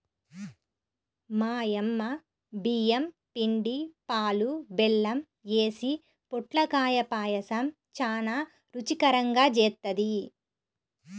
మా యమ్మ బియ్యం పిండి, పాలు, బెల్లం యేసి పొట్లకాయ పాయసం చానా రుచికరంగా జేత్తది